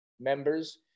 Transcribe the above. members